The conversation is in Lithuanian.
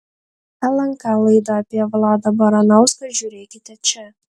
lnk laidą apie vladą baranauską žiūrėkite čia